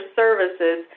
services